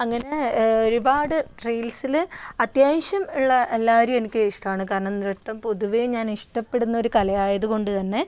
അങ്ങനെ ഒരുപാട് റീൽസിൽ അത്യാവശ്യം ഉള്ള എല്ലാവരും എനിക്ക് ഇഷ്ടമാണ് കാരണം നൃത്തം പൊതുവെ ഞാൻ ഇഷ്ടപ്പെടുന്ന ഒരു കലയായത് കൊണ്ട് തന്നെ